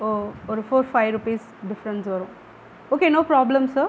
ஓ ஒரு four five rupees difference வரும் okay no problem sir